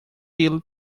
ele